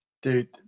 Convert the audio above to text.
Dude